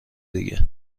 دیگه